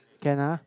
can ah